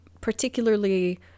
particularly